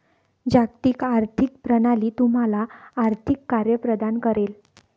जागतिक आर्थिक प्रणाली तुम्हाला आर्थिक कार्ये प्रदान करेल